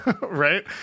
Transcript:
Right